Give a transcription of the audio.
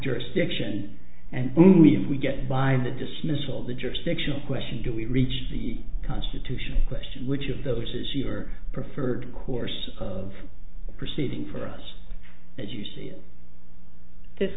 jurisdiction and we get by the dismissal of the jurisdictional question do we reach the constitutional question which of those is your preferred course of proceeding for us as you see in this